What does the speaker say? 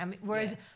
Whereas